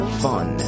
fun